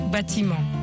Bâtiment